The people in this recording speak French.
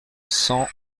cent